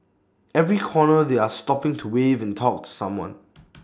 every corner they are stopping to wave and talk to someone